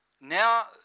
now